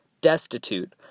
destitute